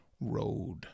road